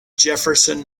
jefferson